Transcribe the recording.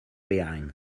behind